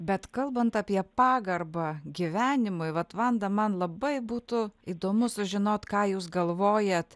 bet kalbant apie pagarbą gyvenimui vat vanda man labai būtų įdomu sužinot ką jūs galvojat